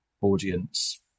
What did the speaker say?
audience